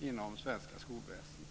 inom det svenska skolväsendet.